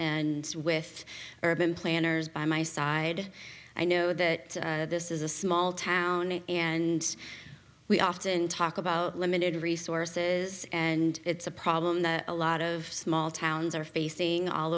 and with urban planners by my side i know that this is a small town and we often talk about limited resources and it's a problem the a lot of small towns are facing all